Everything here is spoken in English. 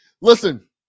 Listen